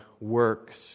works